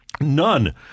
none